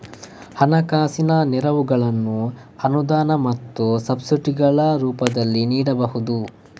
ಹಣಕಾಸಿನ ನೆರವುಗಳನ್ನು ಅನುದಾನ ಮತ್ತು ಸಬ್ಸಿಡಿಗಳ ರೂಪದಲ್ಲಿ ನೀಡಬಹುದು